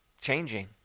changing